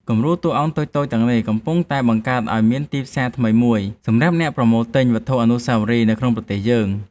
គំរូតួអង្គតូចៗទាំងនេះកំពុងតែបង្កើតឱ្យមានទីផ្សារថ្មីមួយសម្រាប់អ្នកប្រមូលទិញវត្ថុអនុស្សាវរីយ៍នៅក្នុងប្រទេសយើង។